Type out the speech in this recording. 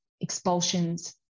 expulsions